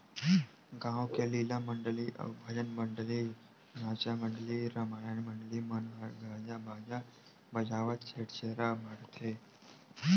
गाँव के लीला मंडली अउ भजन मंडली, नाचा मंडली, रमायन मंडली मन ह गाजा बाजा बजावत छेरछेरा मागथे